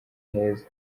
heza